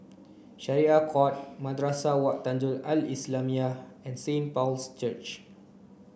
Syariah Court Madrasah Wak Tanjong Al Islamiah and Saint Paul's Church